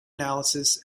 analysis